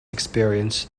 experience